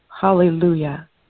Hallelujah